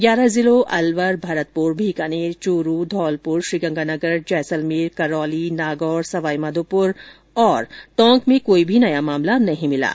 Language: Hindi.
ग्यारह जिलों अलवर भरतपुर बीकानेर चूरू धौलपुर श्रीगंगानगर जैसलमेर करौली नागौर सवाई माधोपुर और टोंक में कोई भी नया मामला नहीं मिला है